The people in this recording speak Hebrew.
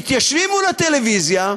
מתיישבים מול הטלוויזיה,